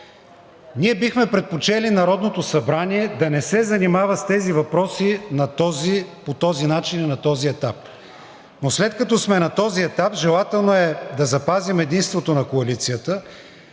НАТО. Бихме предпочели Народното събрание да не се занимава с тези въпроси по този начин и на този етап, но след като сме на този етап, желателно е да запазим единството на коалицията